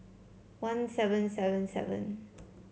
one seven seven seven